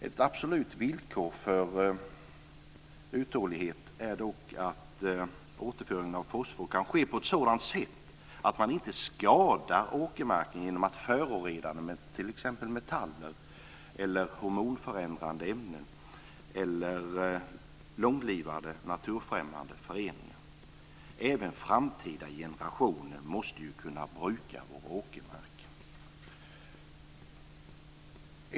Ett absolut villkor för uthållighet är dock att återföringen av fosfor kan se på ett sådant sätt att man inte skadar åkermarken genom att förorena den med t.ex. metaller, hormonförändrande ämnen eller långlivade naturförändrande ämnen. Även framtida generationer måste kunna bruka vår åkermark.